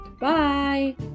bye